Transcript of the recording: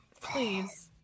please